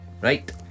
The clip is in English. Right